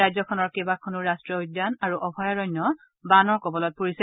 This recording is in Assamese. ৰাজ্যখনৰ কেইবাখনো ৰাষ্ট্ৰীয় উদ্যান আৰু অভয়াৰণ্য বানৰ কবলত পৰিছে